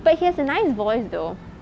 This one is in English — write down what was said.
but he has a nice voice though